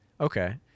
Okay